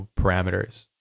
parameters